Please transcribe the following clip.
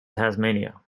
tasmania